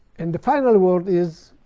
and the final word is,